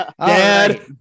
Dad